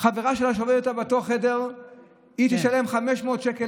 חברה שלה שעובדת איתה באותו חדר תשלם 500 שקל